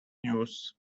news